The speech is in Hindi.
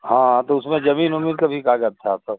हाँ तो उसमें जमीन ओमीन का भी कागज था सब